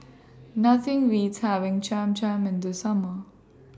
Nothing Beats having Cham Cham in The Summer